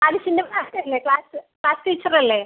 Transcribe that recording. ആദർശിൻ്റെ class ടീച്ചറല്ലേ class class ടീച്ചറല്ലേ